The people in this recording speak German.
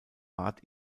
bat